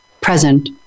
present